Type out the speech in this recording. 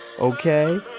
Okay